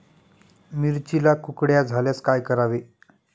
मिरचीला कुकड्या झाल्यास काय करावे?